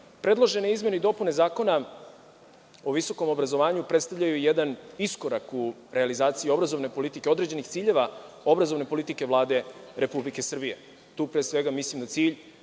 izmene i dopune Zakona o visokom obrazovanju predstavljaju jedan iskorak u realizaciji obrazovne politike, određenih ciljeva obrazovne politike Vlade Republike Srbije. Tu pre svega mislim na cilj